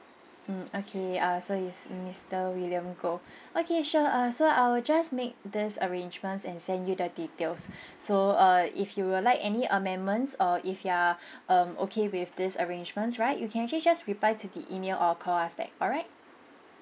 mm okay uh so is mister william goh okay sure uh so I'll just make this arrangements and send you the details so uh if you would like any amendments or if you're um okay with this arrangements right you can actually just reply to the email or call us back alright